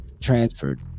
transferred